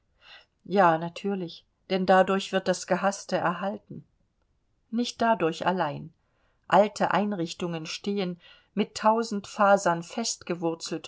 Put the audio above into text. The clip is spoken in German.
ja natürlich denn dadurch wird das gehaßte erhalten nicht dadurch allein alte einrichtungen stehen mit tausend fasern